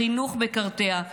החינוך מקרטע,